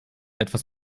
etwas